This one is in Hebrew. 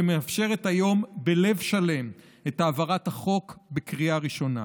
שמאפשרת בלב שלם את העברת החוק היום בקריאה ראשונה,